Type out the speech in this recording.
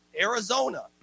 Arizona